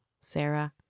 Sarah